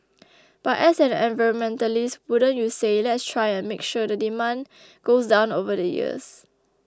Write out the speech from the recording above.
but as an environmentalist wouldn't you say let's try and make sure that the demand goes down over the years